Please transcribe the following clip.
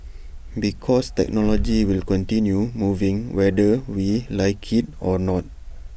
because technology will continue moving whether we like IT or not